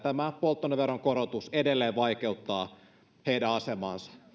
tämä polttoaineveron korotus edelleen vaikeuttaa heidän asemaansa